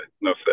No